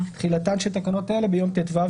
4. תחילה תחילתן של תקנות אלה ביום ט"ו